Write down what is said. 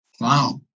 Wow